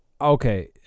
Okay